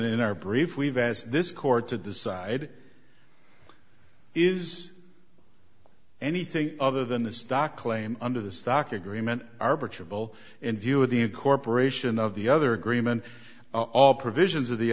in our brief we've asked this court to decide is anything other than the stock claim under the stock agreement arbitron will in view of the incorporation of the other agreement all provisions of the